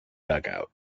dugout